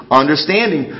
understanding